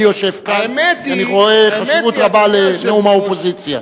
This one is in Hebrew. אני יושב כאן ואני רואה חשיבות רבה לנאום האופוזיציה.